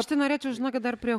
aš tai norėčiau žinokit dar prie